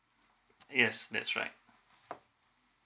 yes that's right